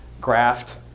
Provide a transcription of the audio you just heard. graft